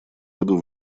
году